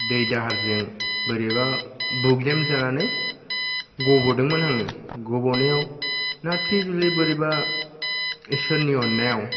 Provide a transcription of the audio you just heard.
दै दाहारजों बोरैबा बुग्लेमजानानै गब'दोंमोन आङो गब'नायाव ना थि जुलि बोरैबा इसोरनि अननायाव